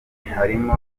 harimo